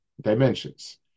dimensions